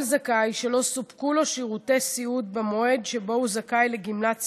כל זכאי שלא סופקו לו שירותי סיעוד במועד שבו הוא זכאי לגמלת סיעוד,